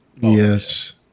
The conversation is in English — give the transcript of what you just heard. Yes